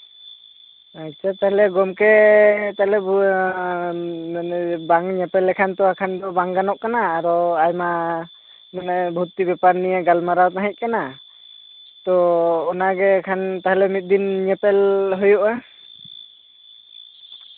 ᱟᱪᱪᱷᱟ ᱛᱟᱦᱞᱮ ᱜᱚᱢᱠᱮ ᱢᱟᱱᱮ ᱵᱟᱝ ᱧᱮᱯᱮᱞ ᱞᱮᱠᱷᱟᱱ ᱫᱚ ᱟᱨᱠᱷᱟᱱ ᱫᱚ ᱵᱟᱝ ᱜᱟᱱᱚᱜ ᱠᱟᱱᱟ ᱛᱚ ᱚᱱᱟ ᱵᱷᱚᱨᱛᱤ ᱵᱮᱯᱟᱨ ᱱᱤᱭᱮ ᱜᱟᱞᱢᱟᱨᱟᱣ ᱛᱟᱦᱮᱸ ᱠᱟᱱᱟ ᱛᱳ ᱚᱱᱟᱜᱮ ᱟᱜ ᱠᱷᱟᱱ ᱚᱱᱟᱜᱮ ᱢᱤᱫᱫᱤᱱ ᱧᱮᱯᱮᱞ ᱦᱩᱭᱩᱜᱼᱟ